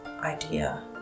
idea